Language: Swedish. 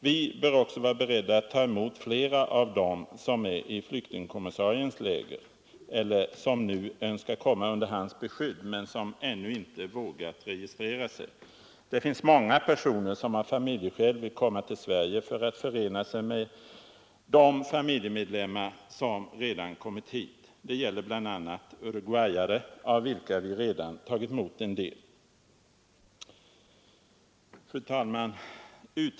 Vi bör vara beredda att ta emot flera av dem som önskar komma under flyktingkommissariens beskydd men som ännu inte vågat registrera sig. Det finns många personer som av familjeskäl vill komma till Sverige för att förena sig med de familjemedlemmar som redan kommit hit. Det gäller bl.a. flyktingar från Uruguay, av vilka vi redan tagit emot en del. Fru talman!